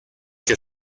que